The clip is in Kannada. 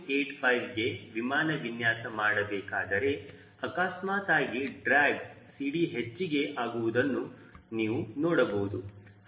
85ಗೆ ವಿಮಾನ ವಿನ್ಯಾಸ ಮಾಡಬೇಕಾದರೆ ಅಕಸ್ಮಾತಾಗಿ ಡ್ರ್ಯಾಗ್ CD ಹೆಚ್ಚಿಗೆ ಆಗುವುದನ್ನು ನೀವು ನೋಡಬಹುದು